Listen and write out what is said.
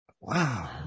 Wow